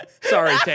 sorry